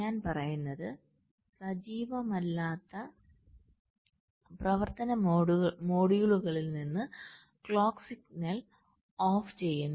ഞാൻ പറയുന്നത് സജീവമല്ലാത്ത പ്രവർത്തന മൊഡ്യൂളുകളിൽ നിന്ന് ഞങ്ങൾ ക്ലോക്ക് സിഗ്നൽ ഓഫ് ചെയ്യുന്നു